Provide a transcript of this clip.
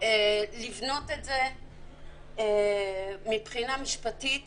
לבנות את זה מבחינה משפטית